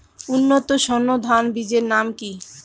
উন্নত সর্ন ধান বীজের নাম কি?